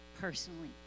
personally